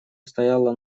стояла